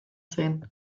zen